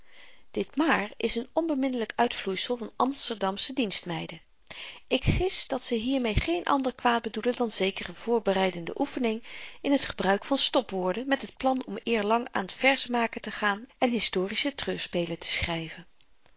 dit maar is n onbeminnelyk uitvloeisel van amsterdamsche dienstmeiden ik gis dat ze hiermee geen ander kwaad bedoelen dan zekere voorbereidende oefening in t gebruik van stopwoorden met het plan om eerlang aan t verzenmaken te gaan en historische treurspelen te schryven